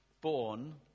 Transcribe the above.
born